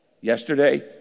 Yesterday